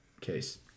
case